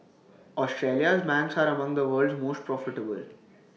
Australia's banks are among the world's most profitable